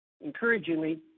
Encouragingly